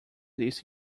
this